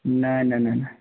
नहि नहि नहि